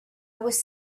was